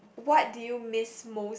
what do you miss most